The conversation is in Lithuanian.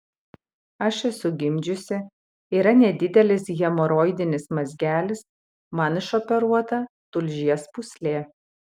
aš esu gimdžiusi yra nedidelis hemoroidinis mazgelis man išoperuota tulžies pūslė